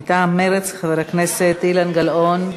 מטעם מרצ, חבר הכנסת אילן גילאון.